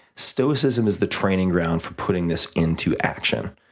stoicism is the training ground for putting this into action,